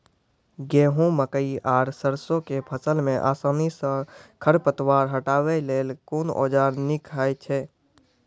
गेहूँ, मकई आर सरसो के फसल मे आसानी सॅ खर पतवार हटावै लेल कून औजार नीक है छै?